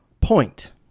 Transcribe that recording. point